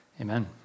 Amen